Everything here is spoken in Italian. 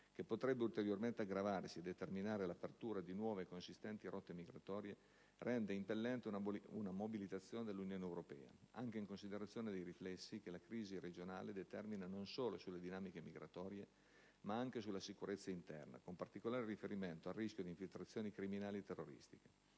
(che potrebbe ulteriormente aggravarsi e determinare l'apertura di nuove e consistenti rotte migratorie) rende impellente una mobilitazione dell'Unione europea, anche in considerazione dei riflessi che la crisi regionale determina, non solo sulle dinamiche migratorie, ma anche sulla sicurezza interna, con particolare riferimento al rischio di infiltrazioni criminali e terroristiche.